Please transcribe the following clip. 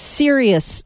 serious